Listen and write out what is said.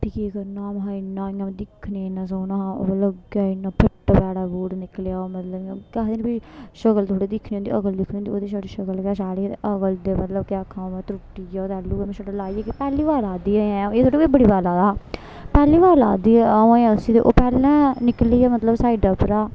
फ्ही केह् करना हा महा इ'यां दिक्खने गी इ'न्ना सौह्ना हा ओह् मतलब इ'न्ना फिट्ट भैड़ा बूट निकलेआ ओह् मतलब इ'यां केह् आखदे शक्ल थोह्ड़ी दिक्खनी होंदी अकल दिक्खनी होंदी ओह्दी छड़ी शक्ल गै शैल ही ते अक्ल ते मतलब केह् आखां में त्रुट्टी गेआ जेल्लू गै में लाइयै गेई पैह्ली बार ला दी ही एह् आ'ऊं एह् थोह्ड़ी कोई बड़ी बार लाएआ हा पैह्ली बार ला दी ही आऊं अजें उसी ते ओह् पैह्लें गै निकली गेआ मतलब साइडा उप्परा